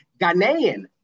Ghanaian